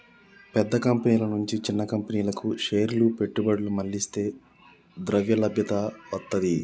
పెద్ద కంపెనీల నుంచి చిన్న కంపెనీలకు షేర్ల పెట్టుబడులు మళ్లిస్తే ద్రవ్యలభ్యత వత్తది